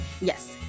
Yes